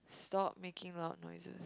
stop making loud noises